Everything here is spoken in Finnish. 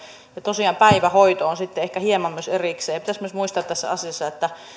ja tosiaan päivähoito on sitten ehkä hieman myös erikseen pitäisi muistaa tässä asiassa myös että